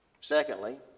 Secondly